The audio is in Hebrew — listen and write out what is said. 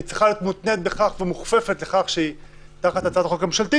היא צריכה להיות מותנית בכך ומוכפפת לכך שהיא תחת הצעת החוק הממשלתית.